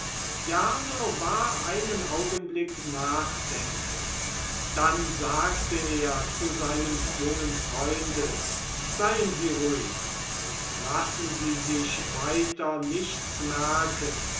jarno war einen augenblick nachdenkend dann sagte er zu seinem jungen freunde seien sie ruhig und lassen sie sich weiter nichts merken